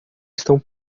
estão